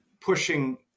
pushing